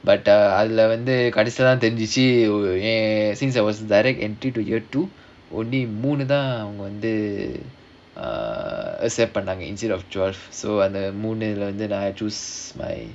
but uh அதுல வந்து கடைசில தான் தெரிஞ்சிச்சு:adhula vandhu kadaisila thaan therinjuchu since I was direct entry to year two only மூணு தான் அவங்க வந்து:moonu thaan avanga vandhu instead of twelve so அந்த மூணு:andha moonu I choose my